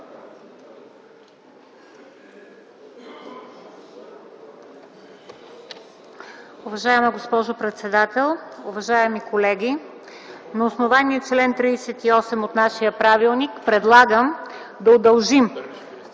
Уважаема госпожо председател, уважаеми колеги! На основание чл. 38 от нашия правилник, предлагам да удължим